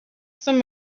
some